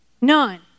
None